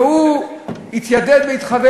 והוא התיידד והתחבר